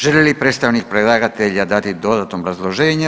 Želi li predstavnik predlagatelja dati dodatno obrazloženje?